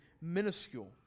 minuscule